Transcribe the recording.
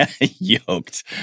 Yoked